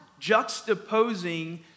juxtaposing